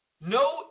no